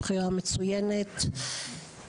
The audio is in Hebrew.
בחירה מצוינת,